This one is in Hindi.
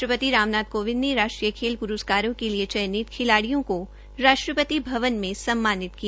राष्ट्रपति राम नाथ कोविंद ने राष्ट्रीय खेल प्रस्कारों के लिए चयनित खिलाडियो को राष्ट्रपति भवन में सम्मानित किया